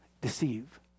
deceive